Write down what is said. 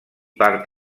part